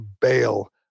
bail